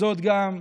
וזאת גם,